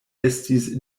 estis